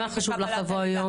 למה היה לך חשוב לבוא היום?